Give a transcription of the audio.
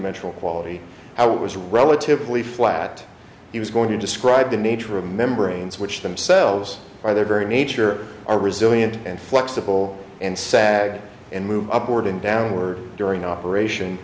dimensional quality how it was relatively flat he was going to describe the major a membrane which themselves by their very nature are resilient and flexible and sag and move upward and downward during operation